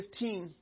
15